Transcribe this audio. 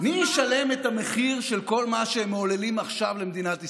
מי ישלם את המחיר של כל מה שהם מעוללים עכשיו למדינת ישראל?